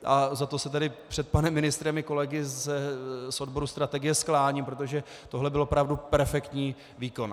A za to se před panem ministrem i kolegy z odboru strategie skláním, protože tohle byl opravdu perfektní výkon.